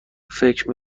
فکر